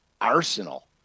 arsenal